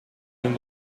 hun